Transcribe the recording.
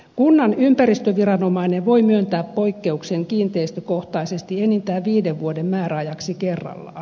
kunnan ympäristöviranomainen voi myöntää poikkeuksen kiinteistökohtaisesti enintään viiden vuoden määräajaksi kerrallaan